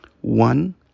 One